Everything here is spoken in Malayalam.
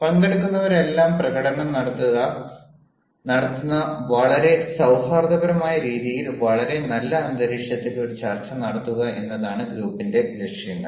പങ്കെടുക്കുന്നവരെല്ലാം പ്രകടനം നടത്തുന്ന വളരെ സൌഹാർദ്ദപരമായ രീതിയിൽ വളരെ നല്ല അന്തരീക്ഷത്തിൽ ഒരു ചർച്ച നടത്തുക എന്നതാണ് ഗ്രൂപ്പിന്റെ ലക്ഷ്യങ്ങൾ